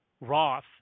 Roth